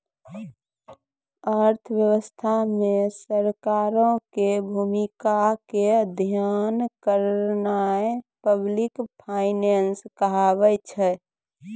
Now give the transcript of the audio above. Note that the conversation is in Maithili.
अर्थव्यवस्था मे सरकारो के भूमिका के अध्ययन करनाय पब्लिक फाइनेंस कहाबै छै